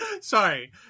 Sorry